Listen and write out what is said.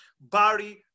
Barry